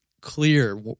clear